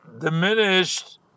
diminished